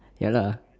ya lah